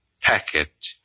packet